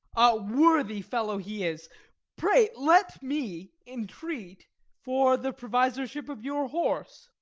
a worthy fellow he is pray, let me entreat for the provisorship of your horse.